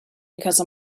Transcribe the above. because